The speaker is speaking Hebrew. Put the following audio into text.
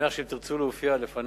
אני מניח שאם תרצו להופיע בפניה,